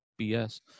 BS